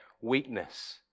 weakness